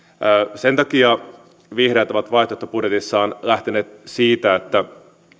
sen takia vihreät ovat vaihtoehtobudjetissaan lähteneet siitä että